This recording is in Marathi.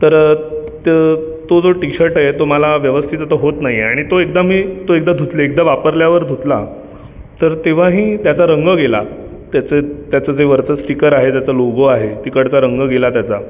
तर त तो जो टीशर्टे तो मला व्यवस्थित आता होत नाही आहे आणि तो एकदा मी तो एकदा धुतले एकदा वापरल्यावर धुतला तर तेव्हाही त्याचा रंग गेला त्याचं त्याचं जे वरचं स्टीकर आहे त्याचा लोगो आहे तिकडचा रंग गेला त्याचा